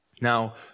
Now